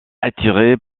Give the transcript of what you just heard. attiré